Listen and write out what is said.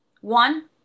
One